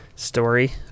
story